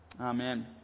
Amen